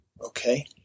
okay